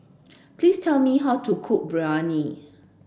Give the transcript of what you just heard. please tell me how to cook Biryani